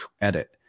edit